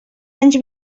anys